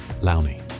Lowney